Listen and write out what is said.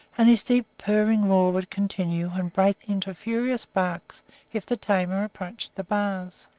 and his deep, purring roar would continue and break into furious barks if the tamer approached the bars.